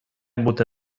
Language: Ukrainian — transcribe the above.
бути